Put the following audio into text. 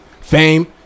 Fame